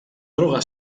droga